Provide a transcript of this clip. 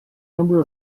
number